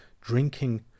drinking